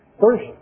First